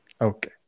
Okay